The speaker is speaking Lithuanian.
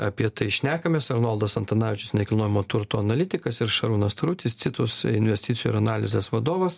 apie tai šnekamės arnoldas antanavičius nekilnojamo turto analitikas ir šarūnas tarutis citus investicijų ir analizės vadovas